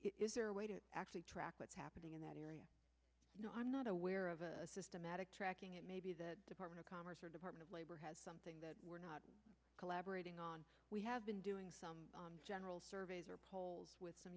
or is there a way to actually track what's happening in that area i'm not aware of a systematic tracking it may be the department of commerce or department of labor has something that we're not collaborating on we have been doing general surveys or polls with some